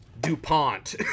DuPont